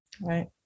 Right